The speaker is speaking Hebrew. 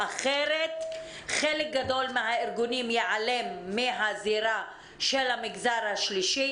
אחרת חלק גדול מהארגונים ייעלם מהזירה של המגזר השלישי,